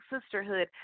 sisterhood